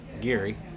Geary